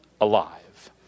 alive